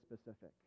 specific